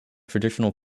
traditional